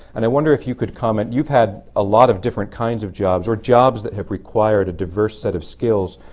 and i wonder if you could comment, you've had a lot of different kinds of jobs or jobs that have required a diverse set of skills.